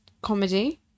comedy